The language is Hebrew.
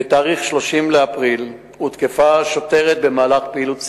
בתאריך 30 באפריל הותקפה שוטרת במהלך פעילות סיור.